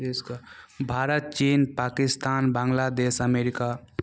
भारत चीन पाकिस्तान बांग्लादेश अमेरिका